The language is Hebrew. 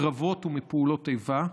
מקרבות ומפעולות איבה,